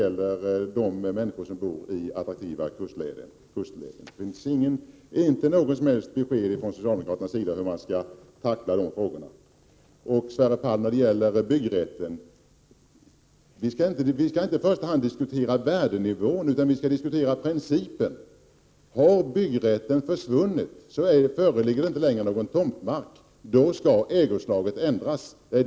Även människor som bor i attraktiva kustlägen får räkna med detta. Socialdemo kraterna ger inget som helst besked om hur dessa frågor skall tacklas. När det gäller byggrätten, Sverre Palm, skall vi inte i första hand diskutera värdenivån, utan principen. Har byggrätten försvunnit föreligger det inte längre någon tomtmark, och då skall ägoslaget ändras.